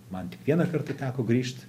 man tik vieną kartą teko grįžt